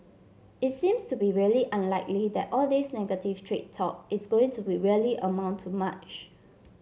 is seems to be really unlikely that all this negative trade talk is going to be really amount to much